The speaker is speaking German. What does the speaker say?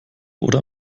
oder